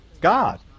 God